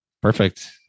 Perfect